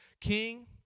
king